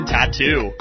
Tattoo